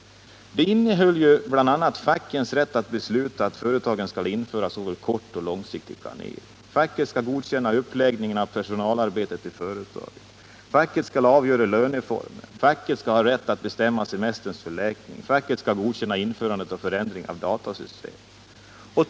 Det förslaget innehöll ju bl.a. att facket skall ha rätt att besluta att företagen skall införa såväl kortsom långsiktig planering, facket skall godkänna upplägg 37 ningen av personalarbetet i företaget, facket skall avgöra löneformen, facket skall ha rätt att bestämma semesterns förläggning, facket skall godkänna införande av och förändringar i datasystem.